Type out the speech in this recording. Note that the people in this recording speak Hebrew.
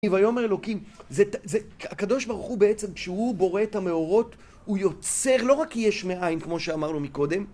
ןיאמר אלוקים, הקדוש ברוך הוא בעצם, כשהוא בורא את המאורות, הוא יוצר, לא רק יש מאין, כמו שאמרנו מקודם,